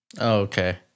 Okay